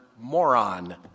moron